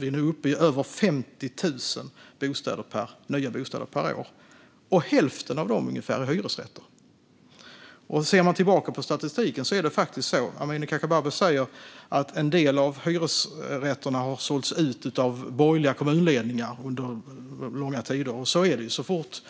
Vi är nu uppe i över 50 000 nya bostäder per år, och ungefär hälften av dem är hyresrätter. Man kan se tillbaka på statistiken. Amineh Kakabaveh säger att en del av hyresrätterna har sålts ut av borgerliga kommunledningar under långa tider, och så är det ju. Så fort